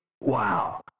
Wow